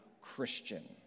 Christian